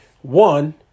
One